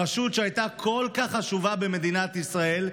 הרשות שהייתה כל כך חשובה במדינת ישראל,